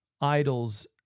idols